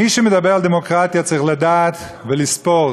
מי שמדבר על דמוקרטיה צריך לדעת ולספור,